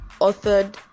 authored